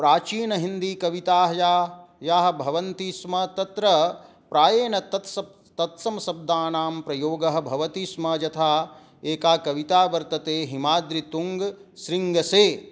प्राचीनहिन्दीकविताः याः भवन्ति स्म तत्र प्रायेण तत्स् तत्समशब्दानां प्रयोगः भवति स्म यथा एका कविता वर्तते हिमाद्रितुङ्गसृङ्गसे